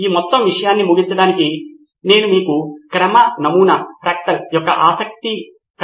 కానీ అది మొత్తం వ్యవస్థతో తిరిగి సంబంధాలను కలిగి ఉంటుంది మరియు తరువాత అది ఆశించిన ఫలితాలను అందుకుంటుందో లేదో తిరిగి చూస్తుంది